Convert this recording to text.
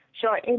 Sure